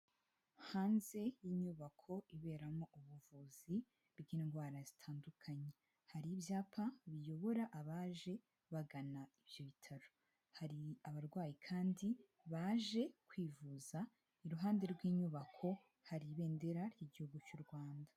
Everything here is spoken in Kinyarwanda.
Hanze y'inyubako iberamo ubuvuzi bw'indwara zitandukanye, hari ibyapa biyobora abaje bagana ibyo bitaro. Hari abarwayi kandi baje kwivuza, iruhande rw'inyubako hari ibendera ry'Igihugu cy'u Rwanda.